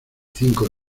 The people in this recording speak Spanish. cinco